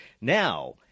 now